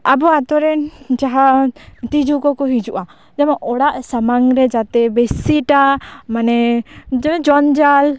ᱟᱵᱚ ᱟᱛᱳ ᱨᱮᱱ ᱡᱟᱦᱟᱱ ᱛᱤᱡᱩ ᱠᱚᱠᱚ ᱦᱤᱡᱩᱜᱼᱟ ᱡᱮᱢᱚᱱ ᱚᱲᱟᱜ ᱥᱟᱢᱟᱝ ᱨᱮ ᱡᱟᱛᱮ ᱵᱮᱥᱤᱴᱟ ᱢᱟᱱᱮ ᱡᱮᱱᱚ ᱡᱚᱧᱡᱟᱞ